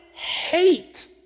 hate